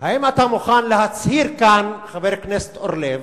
האם אתה מוכן להצהיר כאן, חבר הכנסת אורלב,